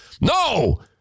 No